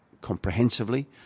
comprehensively